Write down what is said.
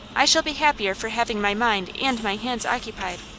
i shall be happier for having my mind and my hands occupied.